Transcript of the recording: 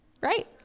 right